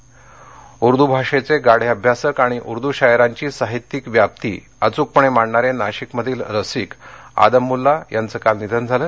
नाशिक उर्दू भाषेचे गाढे अभ्यासक आणि उर्दू शायरांची साहित्यिक व्याप्ती अचूकपणे मांडणारे नाशिक मधील रसिक आदम मुल्ला यांचं काल निधन झालं